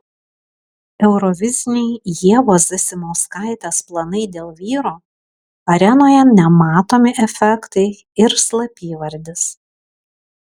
euroviziniai ievos zasimauskaitės planai dėl vyro arenoje nematomi efektai ir slapyvardis